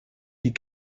die